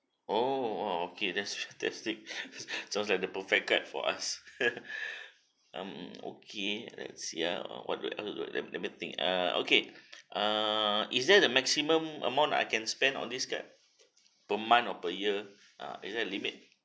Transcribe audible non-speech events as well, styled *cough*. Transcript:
orh !wow! okay that's *laughs* sounds like the perfect card for us *laughs* um okay let's see ya uh what do I what do let me let me think err okay err is there the maximum amount I can spend on this card per month or per year ah is there a limit